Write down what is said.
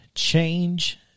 Change